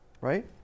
Right